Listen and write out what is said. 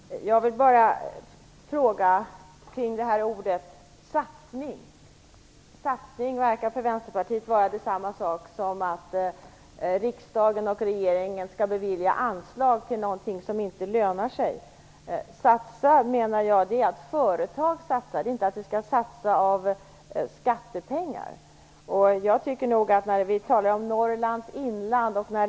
Fru talman! Jag vill ställa en fråga om ordet satsning. För Vänsterpartiet verkar satsning vara samma sak som att riksdagen och regeringen skall bevilja anslag till något som inte lönar sig. Jag menar att satsa innebär att företag satsar. Det innebär inte att vi skall satsa skattepengar.